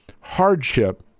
Hardship